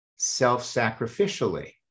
self-sacrificially